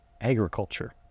agriculture